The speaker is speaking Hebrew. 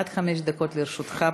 עד חמש דקות לרשותך,